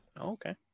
Okay